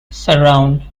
surround